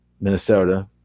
Minnesota